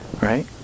Right